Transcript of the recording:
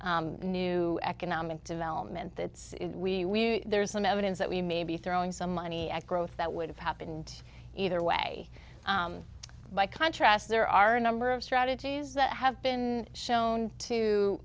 wealth new economic development that we there's some evidence that we may be throwing some money at growth that would have happened either way by contrast there are a number of strategies that have been shown to